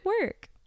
work